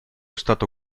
stato